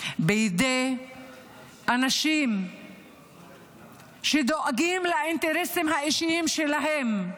בידי אנשים שדואגים לאינטרסים האישיים שלהם,